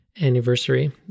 anniversary